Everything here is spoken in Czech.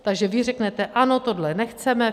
Takže vy řeknete ano, tohle nechceme.